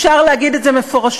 אפשר להגיד את זה מפורשות.